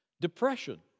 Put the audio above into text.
depression